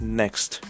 next